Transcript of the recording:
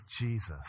Jesus